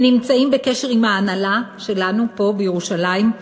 הם נמצאים בקשר עם ההנהלה שלנו פה בירושלים,